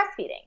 breastfeeding